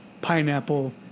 pineapple